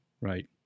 Right